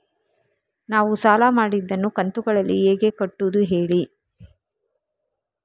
ನಾವು ಸಾಲ ಮಾಡಿದನ್ನು ಕಂತುಗಳಲ್ಲಿ ಹೇಗೆ ಕಟ್ಟುದು ಹೇಳಿ